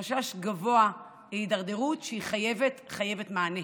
חשש גבוה להידרדרות, והיא חייבת, חייבת מענה.